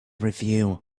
review